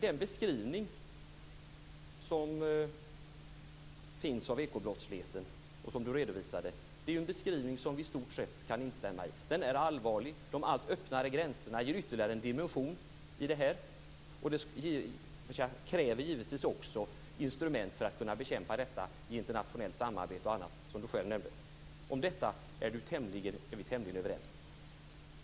Den beskrivning av ekobrottsligheten som Lars Erik Lövdén redovisade är en beskrivning som vi i stort sett kan instämma i. Den är allvarlig. De allt öppnare gränserna ger ytterligare en dimension åt det här, och det kräver givetvis också instrument för att man skall kunna bekämpa detta i internationellt samarbete och annat, som Lars-Erik Lövdén själv nämnde. Om detta är vi tämligen överens.